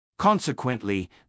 Consequently